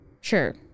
sure